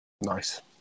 Nice